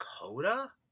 Coda